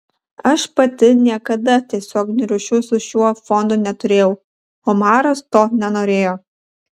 aš pati niekada tiesioginių ryšių su šiuo fondu neturėjau omaras to nenorėjo